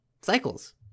cycles